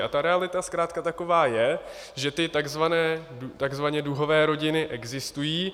A ta realita zkrátka taková je, že ty takzvaně duhové rodiny existují.